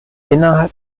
innerhalb